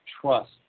trust